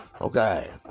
Okay